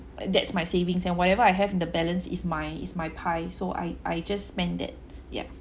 that's my savings and whatever I have in the balance is my is my pie so I I just spend that yup